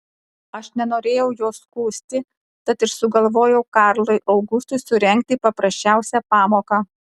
aš nenorėjau jo skųsti tad ir sugalvojau karlui augustui surengti paprasčiausią pamoką